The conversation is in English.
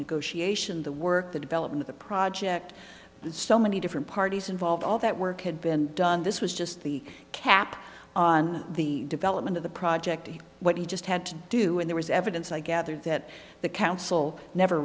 negotiation the work the development the project so many different parties involved all that work had been done this was just the cap on the development of the project and what he just had to do in there was evidence i gather that the council never